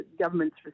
government's